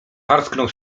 parsknął